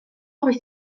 rwyt